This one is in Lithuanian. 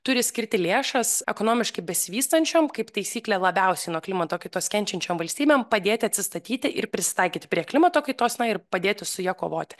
turi skirti lėšas ekonomiškai besivystančiom kaip taisyklė labiausiai nuo klimato kaitos kenčiančiom valstybėm padėti atsistatyti ir prisitaikyti prie klimato kaitos na ir padėti su ja kovoti